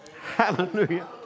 Hallelujah